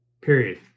period